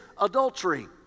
adultery